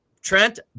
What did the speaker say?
Trent